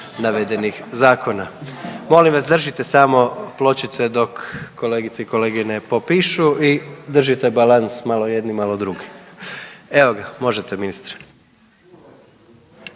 navedenih zakona. Molim vas držite samo pločice dok kolegice i kolege ne popišu i držite balans malo jedni, malo drugi. Evo ga, možete ministre.